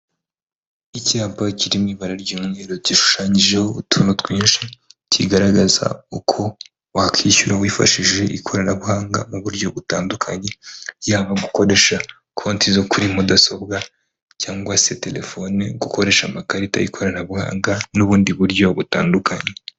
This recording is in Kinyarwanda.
Icyapa kiri mu ibara ry'umweru gishushanyijeho utuntu twinshi kigaragaza uko wakwishyura wifashishije ikoranabuhanga mu buryo butandukanye, yaba gukoresha konti zo kuri mudasobwa cyangwa se telefone, gukoresha amakarita y'ikoranabuhanga n'ubundi buryo butandukanye.